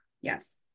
Yes